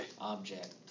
object